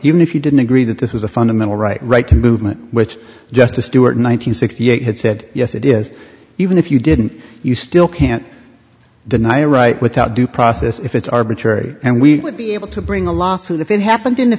even if you didn't agree that this was a fundamental right right to movement which justice stewart in one nine hundred sixty eight had said yes it is even if you didn't you still can't deny right without due process if it's arbitrary and we would be able to bring a lawsuit if it happened in the